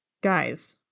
Guys